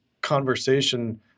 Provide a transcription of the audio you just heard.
conversation